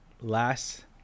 last